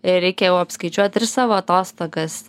reikia jau apskaičiuot ir savo atostogas